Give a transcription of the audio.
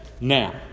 now